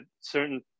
certain